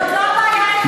זאת לא הבעיה היחידה שלך.